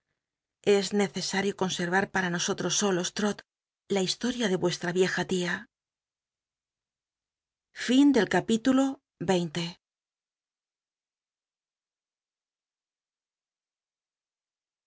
es neccsatio consermr para nosotros solos l'rot la historia de vuestra vieja tia